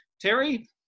terry